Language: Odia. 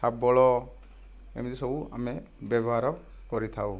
ଶାବଳ ଏମିତି ସବୁ ଆମେ ବ୍ୟବହାର କରିଥାଉ